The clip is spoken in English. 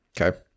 Okay